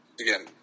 again